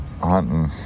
hunting